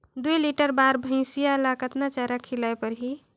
दुई लीटर बार भइंसिया ला कतना चारा खिलाय परही?